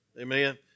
Amen